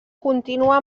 continua